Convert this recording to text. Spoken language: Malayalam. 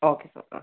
ഓക്കെ സാർ ആ